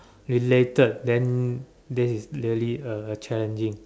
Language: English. related then there is really a challenging